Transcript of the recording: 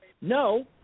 no